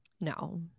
No